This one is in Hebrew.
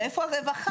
ואיפה הרווחה?